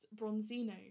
Bronzino